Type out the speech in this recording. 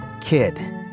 Kid